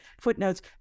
footnotes